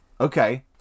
Okay